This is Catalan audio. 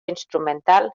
instrumental